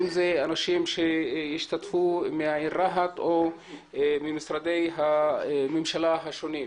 אם זה אנשים שישתתפו מהעיר רהט או ממשרדי הממשלה השונים.